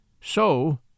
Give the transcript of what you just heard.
So